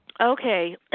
Okay